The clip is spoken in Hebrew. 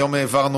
היום העברנו